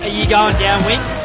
ah you going downwind?